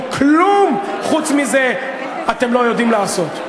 כי כלום חוץ מזה אתם לא יודעים לעשות.